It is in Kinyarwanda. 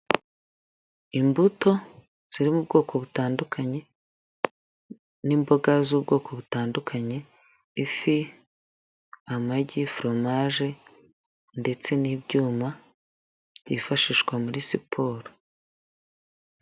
Imbuto ziri mu bwoko butandukanye, n'imboga z'ubwoko butandukanye, ifi, amagi foromaje, ndetse n'ibyuma byifashishwa muri siporo.